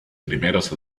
primeras